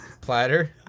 Platter